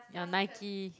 your Nike